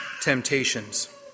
temptations